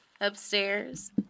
Upstairs